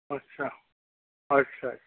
अच्छा अच्छा